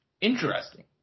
Interesting